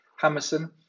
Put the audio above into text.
Hammerson